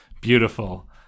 Beautiful